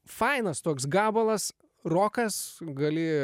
fainas toks gabalas rokas gali